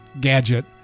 gadget